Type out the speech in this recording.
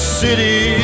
city